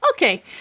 okay